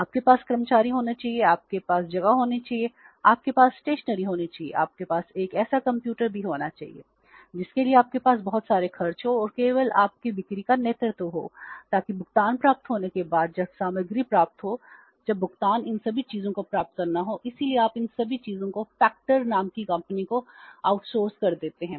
आपके पास कर्मचारी होने चाहिए आपके पास जगह होनी चाहिए आपके पास स्टेशनरी कर देते हैं